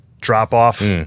drop-off